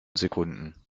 sekunden